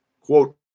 Quote